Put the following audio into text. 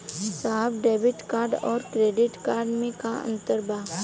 साहब debit card और credit card में का अंतर बा?